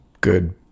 good